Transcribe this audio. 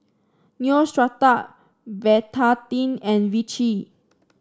Neostrata Betadine and Vichy